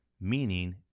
Meaning